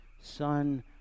son